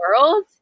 world